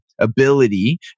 ability